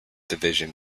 division